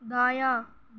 دایاں